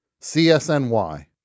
CSNY